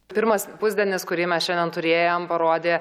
pirmas pusdienis kurį mes šiandien turėjom parodė